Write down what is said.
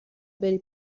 بری